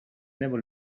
never